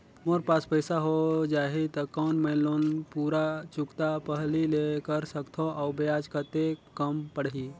मोर पास पईसा हो जाही त कौन मैं लोन पूरा चुकता पहली ले कर सकथव अउ ब्याज कतेक कम पड़ही?